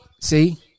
See